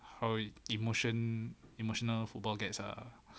how emotion emotional football gets ah